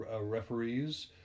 referees